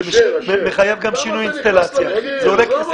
זה מחייב גם שינוי אינסטלציה, זה עולה כסף.